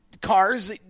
cars